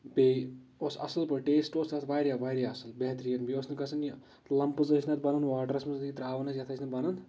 بیٚیہِ اوس اَصٕل پٲٹھۍ ٹیسٹ اَتھ واریاہ واریاہ اَصٕل بہتریٖن بیٚیہِ اوس نہٕ گژھان یہِ لَمپٕز أسۍ نہٕ اَتھ بَنان واٹرَس منٛز یہِ ترٛاوان ٲسۍ یَتھ ٲسۍ نہٕ بَنان